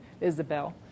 Isabel